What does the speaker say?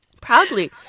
Proudly